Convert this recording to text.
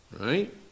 Right